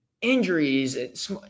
injuries